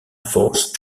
force